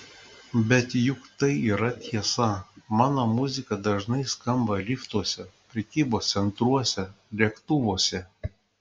bet juk tai yra tiesa mano muzika dažnai skamba liftuose prekybos centruose lėktuvuose